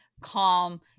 calm